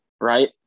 right